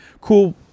cool